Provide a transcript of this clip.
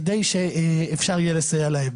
כדי שאפשר יהיה לסייע להם.